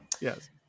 Yes